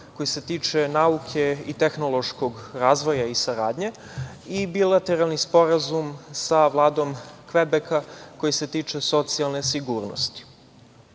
koji se tiče nauke i tehnološkog razvoja i saradnje i bilateralni sporazum sa Vladom Kvebeka koji se tiče socijalne sigurnosti. Prvo